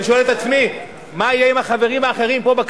אני שואל את עצמי: מה יהיה עם החברים האחרים פה,